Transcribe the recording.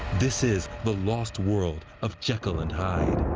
this is the lost world of jekyll and hyde.